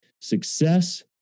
success